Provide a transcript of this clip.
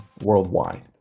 worldwide